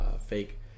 fake